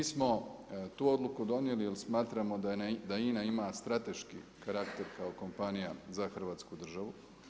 Mi smo tu odluku donijeli jer smatramo da INA ima strateški karakter kao kompanija za Hrvatsku državu.